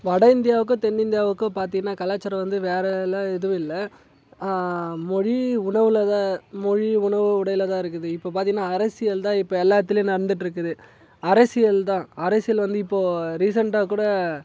வட இந்தியாவுக்கும் தென் இந்தியாவுக்கும் பார்த்தின்னா கலாச்சாரம் வந்து வேறெலாம் எதுவும் இல்லை மொழி உணவில் தான் மொழி உணவு உடையில தான் இருக்குது இப்போ பார்த்திங்கன்னா அரசியல் தான் இப்போ எல்லாத்திலயும் நடந்துகிட்ருக்குது அரசியல் தான் அரசியல் வந்து இப்போது ரீசண்ட்டாக கூட